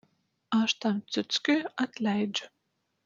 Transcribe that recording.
aš tam ciuckiui atleidžiu